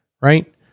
right